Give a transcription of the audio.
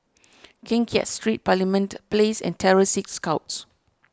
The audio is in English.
Keng Kiat Street Parliament Place and Terror Sea Scouts